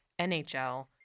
NHL